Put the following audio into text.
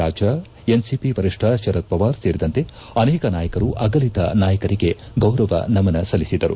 ರಾಜ NCP ವರಿಷ್ಠ ಶರದ್ ಪವಾರ್ ಸೇರಿದಂತೆ ಅನೇಕ ನಾಯಕರು ಆಗಲಿದ ನಾಯಕರಿಗೆ ಗೌರವ ನಮನ ಸಲ್ಲಿಸಿದರು